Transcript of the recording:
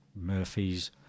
Murphy's